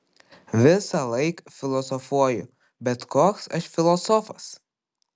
visąlaik filosofuoju bet koks aš filosofas